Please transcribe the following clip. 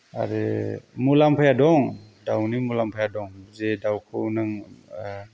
आरो मुलाम्फाया दं दावनि मुलाम्फाया दं जे दावखौ नों